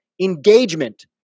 Engagement